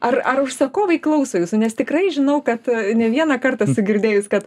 ar ar užsakovai klauso jūsų nes tikrai žinau kad ne vieną kartą esu girdėjus kad